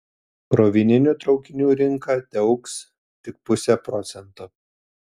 krovininių traukinių rinka teaugs tik puse procento